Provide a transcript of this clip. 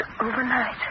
overnight